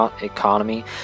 economy